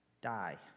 die